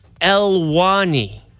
Elwani